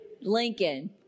Lincoln